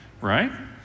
right